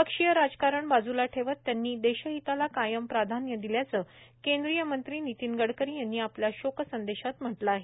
पक्षीय राजकारण बाजूला ठेवत त्यांनी देशहिताला कायम प्राधान्य दिल्याचं केंद्रीय मंत्री नितीन गडकरी यांनी आपल्या शोक संदेशात म्हटलं आहे